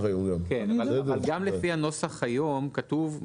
לפי הנוסח היום כתוב,